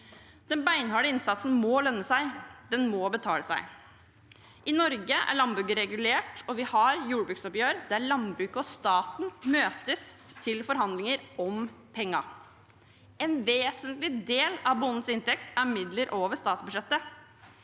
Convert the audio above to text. Den beinharde innsatsen må lønne seg. Den må betale seg. I Norge er landbruket regulert, og vi har jordbruksoppgjør der landbruket og staten møtes til forhandlinger om pengene. En vesentlig del av bondens inntekt er midler over statsbudsjettet.